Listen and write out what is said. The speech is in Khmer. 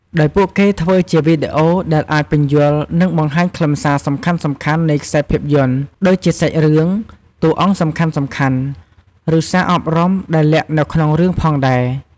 ដោយពួកគេធ្វើជាវីឌីអូដែលអាចពន្យល់ និងបង្ហាញខ្លឹមសារសំខាន់ៗនៃខ្សែភាពយន្ត ដូចជាសាច់រឿង តួអង្គសំខាន់ៗ ឬសារអប់រំដែលលាក់នៅក្នុងរឿងផងដែរ។